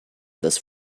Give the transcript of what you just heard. those